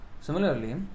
similarly